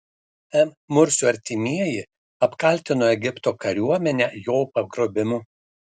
m mursio artimieji apkaltino egipto kariuomenę jo pagrobimu